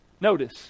notice